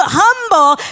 humble